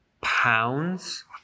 pounds